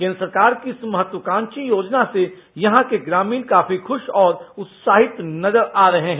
केंद्र सरकार की इस महत्वकांक्षी योजना से यहां के ग्रामीण काफी खुश और उत्साहित नजर आ रहे हैं